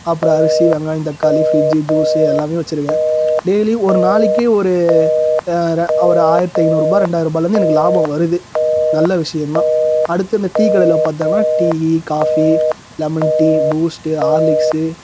அப்புறம் அரிசி வெங்காயம் தக்காளி ஃபிரிட்ஜ் ஜூஸு எல்லாமே வச்சுருக்கேன் டெய்லி ஒரு நாளைக்கு ஒரு ரெ ஒரு ஆயிரத்து ஐந்நூறுரூபா ரெண்டாயிர்ரூபாவில இருந்து எனக்கு லாபம் வருது நல்ல விஷியம்தான் அடுத்து இந்த டீக்கடைல பார்த்தோன்னா டீயி coffee lemon tea Boost Horlicks